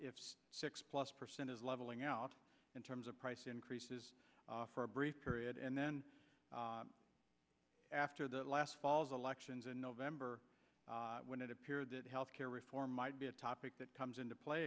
six plus percent is leveling out in terms of price increases for a brief period and then after the last fall's elections in november when it appeared that health care reform might be a topic that comes into play